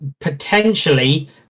potentially